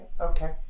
okay